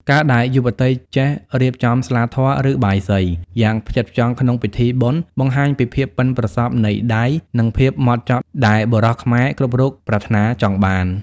ការដែលយុវតីចេះរៀបចំ "ស្លាធម៌" ឬ "បាយសី" យ៉ាងផ្ចិតផ្ចង់ក្នុងពិធីបុណ្យ បង្ហាញពីភាពប៉ិនប្រសប់នៃដៃ និងភាពហ្មត់ចត់ដែលបុរសខ្មែរគ្រប់រូបប្រាថ្នាចង់បាន។